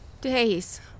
Days